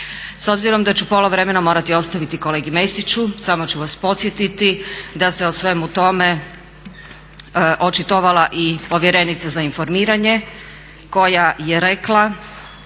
S obzirom da ću pola vremena morati ostaviti kolegi Mesiću samo ću vas podsjetiti da se o svemu tome očitovala i povjerenica za informiranje koja je rekla